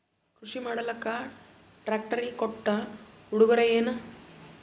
ಕೃಷಿ ಮಾಡಲಾಕ ಟ್ರಾಕ್ಟರಿ ಕೊಟ್ಟ ಉಡುಗೊರೆಯೇನ?